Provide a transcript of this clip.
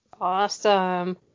Awesome